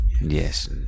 Yes